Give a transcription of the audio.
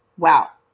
wow.